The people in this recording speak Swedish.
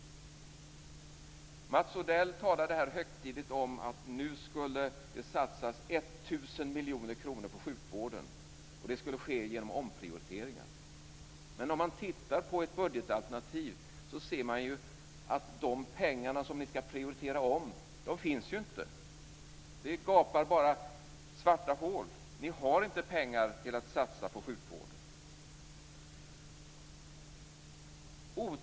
Mats Odell talade här högtidligt om att det nu skulle satsas 1 000 miljoner kronor på sjukvården, och att det skulle ske genom omprioriteringar. Men om man tittar på ert budgetalternativ ser man att de pengar som ni skall prioritera om finns ju inte. Det gapar bara svarta hål. Ni har inte pengar till att satsa på sjukvården.